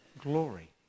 glory